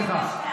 סליחה.